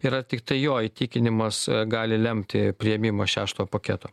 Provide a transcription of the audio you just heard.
yra tiktai jo įtikinimas gali lemti priėmimą šešto paketo